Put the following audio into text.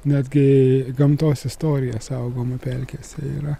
netgi gamtos istorija saugoma pelkėse yra